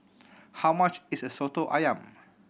how much is Soto Ayam